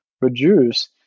reduce